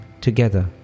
together